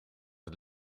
het